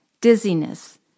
Dizziness